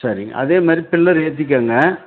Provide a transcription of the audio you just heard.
சரி அதேமாதிரி பில்லர் ஏற்றிக்கங்க